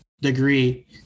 degree